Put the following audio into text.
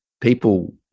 People